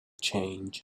change